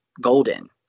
golden